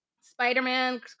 Spider-Man